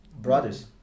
brothers